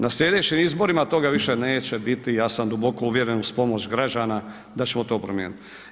Na sljedećim izborima toga više neće biti, ja sam duboko uvjeren uz pomoć građana da ćemo to promijeniti.